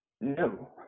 No